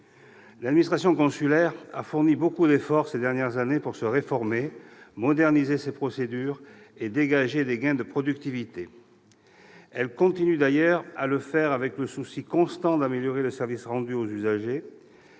L'administration consulaire a fourni beaucoup d'efforts ces dernières années pour se réformer, moderniser ses procédures et dégager des gains de productivité. Elle continue d'ailleurs à le faire, avec le souci constant d'améliorer le service rendu aux usagers.